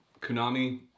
Konami